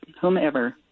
whomever